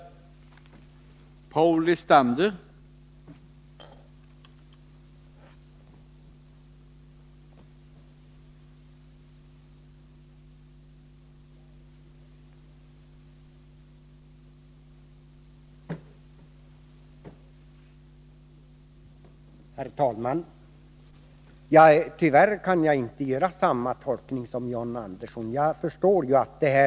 Om verksamheten